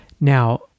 Now